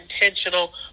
intentional